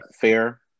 fair